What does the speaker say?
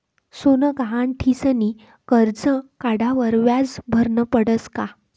सोनं गहाण ठीसनी करजं काढावर व्याज भरनं पडस का?